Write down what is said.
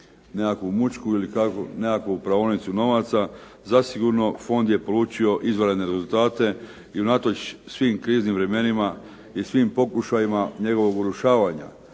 nekakvu mućku ili nekakvu praonicu novaca. Zasigurno fond je polučio izvanredne rezultate i unatoč svim kriznim vremenima i svim pokušajima njegovog urušavanja,